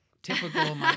Typical